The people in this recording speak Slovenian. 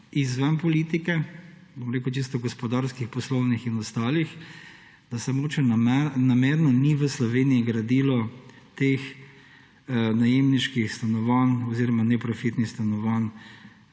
izven politike, čisto gospodarskih, poslovnih in ostalih, da se mogoče namerno ni v Sloveniji gradilo teh najemniških stanovanj oziroma neprofitnih stanovanj